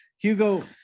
Hugo